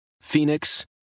Phoenix